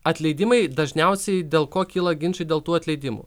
atleidimai dažniausiai dėl ko kyla ginčai dėl tų atleidimų